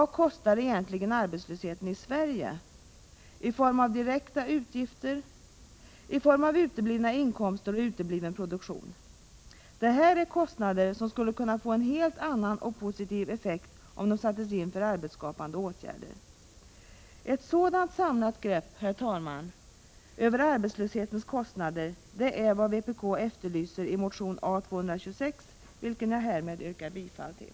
Vad kostar egentligen arbetslösheten i Sverige i form av direkta utgifter och i form av uteblivna inkomster och utebliven produktion? Det handlar här om resurser som skulle kunna få en helt annan och positiv effekt, om de sattes in för arbetsskapande åtgärder. Ett sådant samlat grepp, herr talman, om arbetslöshetens kostnader är vad vpk efterlyser i motion A226, vilken jag härmed yrkar bifall till.